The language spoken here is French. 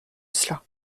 cela